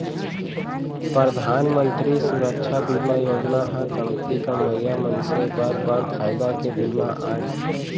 परधान मंतरी सुरक्छा बीमा योजना ह कमती कमवइया मनसे बर बड़ फायदा के बीमा आय